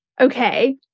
Okay